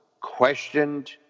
questioned